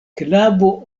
knabo